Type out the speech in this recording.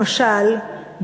למשל,